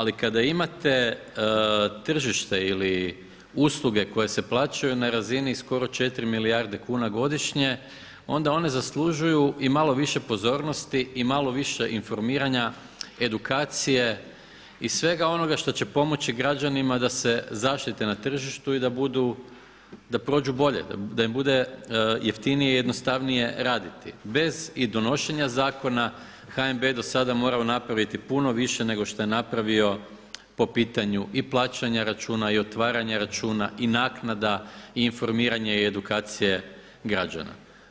Ali kada imate tržište ili usluge koje se plaćaju na razini skoro 4 milijardi kuna godišnje, onda one zaslužuju i malo više pozornosti i malo više informiranja, edukacije i svega onoga što će pomoći građanima da se zaštite na tržištu i da budu, da prođu bolje, da im bude jeftinije i jednostavnije raditi bez i donošenja zakona HNB je morao do sada napraviti puno više nego što je napravio po pitanju i plaćanja računa i otvaranja računa i naknada i informiranje i edukacije građana.